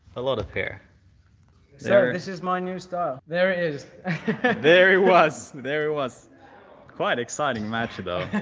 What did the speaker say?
a lot of hair sorry, this is my new style. there is there it was there was quite exciting match though